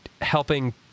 helping